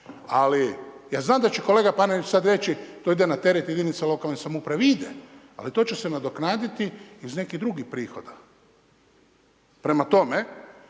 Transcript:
Ali ja znam da će kolega Panenić sad reći, to ide na teret jedinice lokalne samouprave. Ide, ali to će se nadoknaditi iz nekih drugih prihoda. Prema tome,